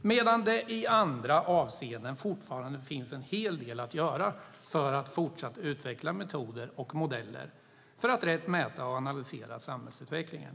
medan det i andra avseenden fortfarande finns en hel del att göra för att fortsatt utveckla metoder och modeller för att rätt mäta och analysera samhällsutvecklingen.